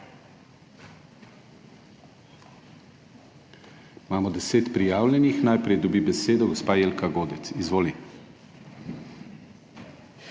Imamo 10 prijavljenih. Najprej dobi besedo gospa Jelka Godec. Izvoli.